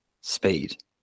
speed